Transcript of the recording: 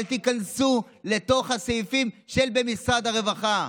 אבל תיכנסו לתוך הסעיפים של תקציב משרד הרווחה.